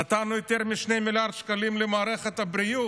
נתנו יותר מ-2 מיליארד שקלים למערכת הבריאות,